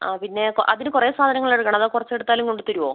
ആ പിന്നെ അതിന് കുറേ സാധനങ്ങൾ എടുക്കണോ അതോ കുറച്ച് എടുത്താലും കൊണ്ടുത്തരുമോ